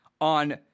on